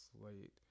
slate